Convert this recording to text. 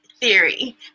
Theory